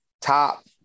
top